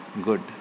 Good